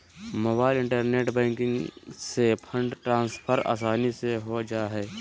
mobile internet banking से fund transfer आसानी से हो जा हइ